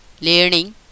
learning